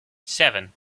seven